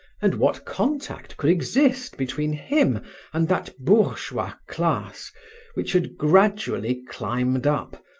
and what contact could exist between him and that bourgeois class which had gradually climbed up,